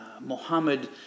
Mohammed